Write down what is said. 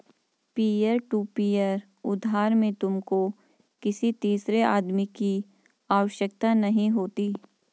peer to peer उधार में तुमको किसी तीसरे आदमी की आवश्यकता नहीं होती